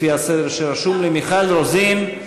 לפי הסדר שרשום לי: מיכל רוזין,